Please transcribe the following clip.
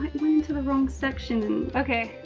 went into the wrong section, and okay,